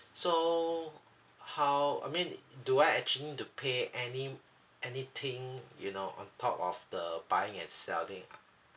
so how I mean do I actually need to pay any anything you know on top of the buying and selling